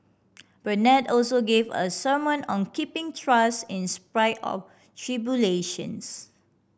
Bernard also gave a sermon on keeping trust in spite of tribulations